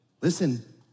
Listen